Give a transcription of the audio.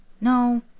No